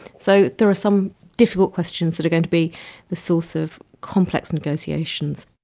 so there are some difficult questions that are going to be the source of complex negotiations.